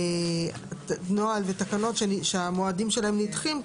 נוהל ותקנות שהמועדים שלהם נדחים,